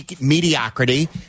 mediocrity